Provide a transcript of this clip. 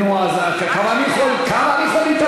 נו, כמה אני יכול?